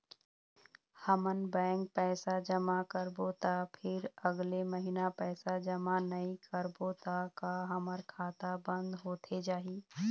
हमन बैंक पैसा जमा करबो ता फिर अगले महीना पैसा जमा नई करबो ता का हमर खाता बंद होथे जाही?